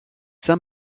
sam